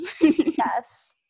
yes